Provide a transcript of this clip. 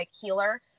healer